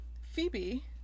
Phoebe